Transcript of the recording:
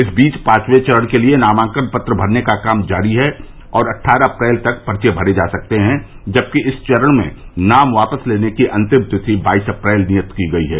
इस बीच पांचवें चरण के लिए नामांकन पत्र भरने का काम जारी है और अट्ठारह अप्रैल तक पर्चे भरे जा सकते हैं जबकि इस चरण में नाम वापस लेने की अंतिम तारीख बाईस अप्रैल नियत की गई है